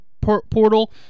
portal